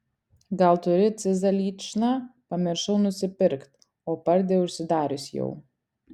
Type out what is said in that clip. gal turi cizą lyčną pamiršau nusipirkt o pardė užsidarius jau